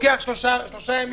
עוברים שלושה ימים.